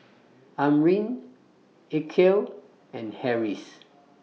Amrin Aqil and Harris